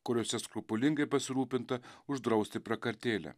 kuriose skrupulingai pasirūpinta uždrausti prakartėlę